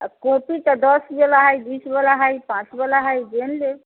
copy तऽ दश वला हइ बीस वला हइ पाँच वला हइ जेहन लेब